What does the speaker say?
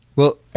well,